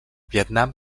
vietnam